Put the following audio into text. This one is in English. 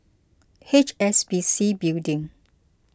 H S B C Building